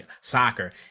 soccer